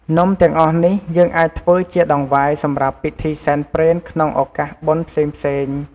នំទាំងអស់នេះយើងអាចធ្វើជាដង្វាយសម្រាប់ពិធីសែនព្រេនក្នុងឧកាសបុណ្យផ្សេងៗ។